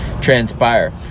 transpire